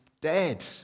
dead